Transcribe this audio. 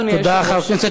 תודה, אדוני היושב-ראש.